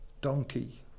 donkey